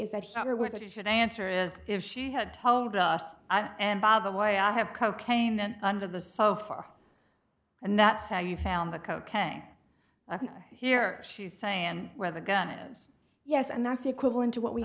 is that what it should answer is if she had told us and the way i have cocaine that under the so far and that's how you found the coquet here she's saying where the gun is yes and that's equivalent to what we